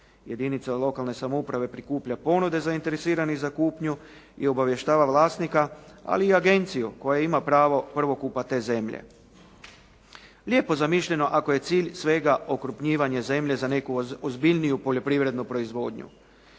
Jedinica lokalne samouprave prikuplja ponude zainteresiranih za kupnju i obavještava vlasnika, ali i agenciju koja ima pravo prvokupa te zemlje. Lijepo zamišljeno ako je cilj svega okrupnjivanje zemlje za neku ozbiljniju poljoprivrednu proizvodnju,